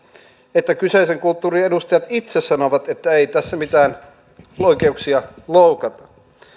että kyseisen kulttuurin edustajat itse sanovat että ei tässä mitään oikeuksia loukata